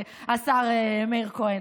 השר מאיר כהן,